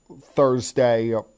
Thursday